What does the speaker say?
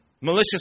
Malicious